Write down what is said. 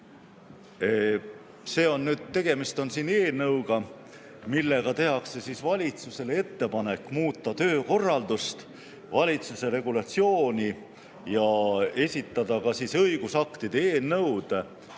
Hea juhataja! Tegemist on eelnõuga, millega tehakse valitsusele ettepanek muuta töökorraldust, valitsuse regulatsiooni, ja esitada ka õigusaktide eelnõud,